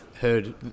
heard